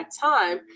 time